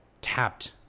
tapped